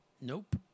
Nope